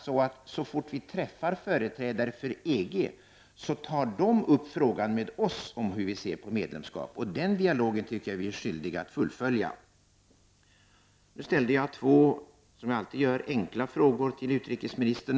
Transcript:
Så snart vi träffar företrädare för EG tar de upp frågan om hur vi ser på ett svenskt medlemskap i EG. Den dialogen tycker jag vi är skyldiga att fullfölja. Jag ställde två enkla frågor till utrikesministern.